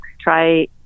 try